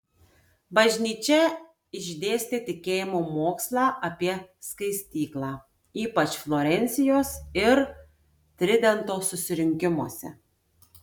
bažnyčia išdėstė tikėjimo mokslą apie skaistyklą ypač florencijos ir tridento susirinkimuose